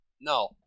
No